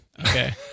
Okay